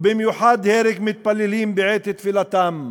ובמיוחד הרג מתפללים בעת תפילתם,